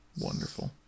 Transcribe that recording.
Wonderful